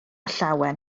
llawen